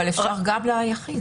אבל אפשר גם ליחיד.